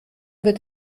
wird